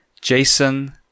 Jason